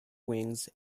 wings